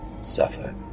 suffer